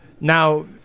now